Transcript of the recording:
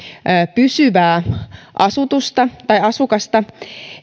pysyvää asukasta